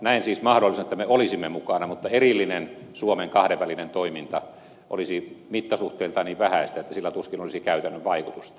näen siis mahdollisena että me olisimme mukana mutta erillinen suomen kahdenvälinen toiminta olisi mittasuhteiltaan niin vähäistä että sillä tuskin olisi käytännön vaikutusta